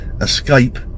escape